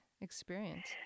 experience